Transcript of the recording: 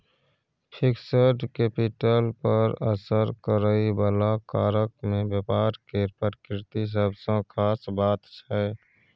fixed capital पर असर करइ बला कारक मे व्यापार केर प्रकृति सबसँ खास बात छै